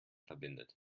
verbindet